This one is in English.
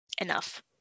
Enough